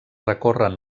recorren